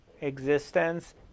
existence